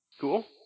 Cool